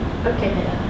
Okay